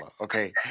okay